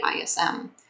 ISM